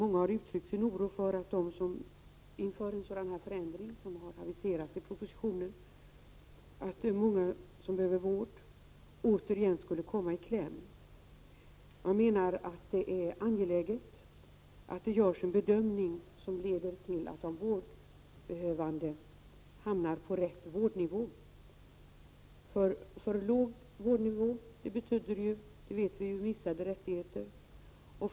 Inför en sådan här förändring som har aviserats i propositionen har många som behöver vård uttryckt sin oro för att de återigen skulle kunna komma i kläm. Det är angeläget att det görs en bedömning som leder till att de vårdbehövande hamnar på rätt vårdnivå. För låg vårdnivå vet vi betyder missade rättigheter.